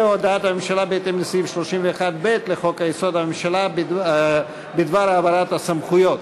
והודעת הממשלה בהתאם לסעיף 31(ב) לחוק-יסוד: הממשלה בדבר העברת סמכויות.